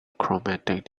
chromatic